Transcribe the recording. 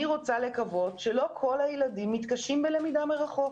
אני רוצה לקוות שלא כל הילדים מתקשים בלמידה מרחוק.